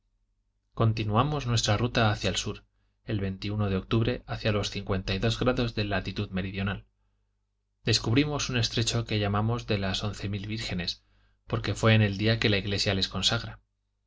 continuando nuestra ruta hacia el sur el de octubre hacia los cincuenta y dos grados de latitud meridional descubrimos un estrecho que llamamos de las once mil vírgenes porque fué en el día que la iglesia les consagra